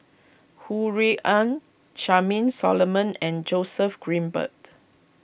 Ho Rui An Charmaine Solomon and Joseph Grimberg